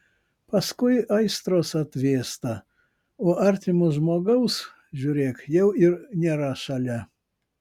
paskui aistros atvėsta o artimo žmogaus žiūrėk jau ir nėra šalia